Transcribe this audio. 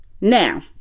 now